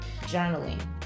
Journaling